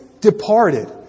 Departed